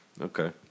Okay